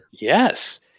yes